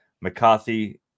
McCarthy